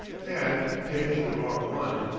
and, taking the wrong one,